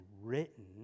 written